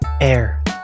air